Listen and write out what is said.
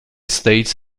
states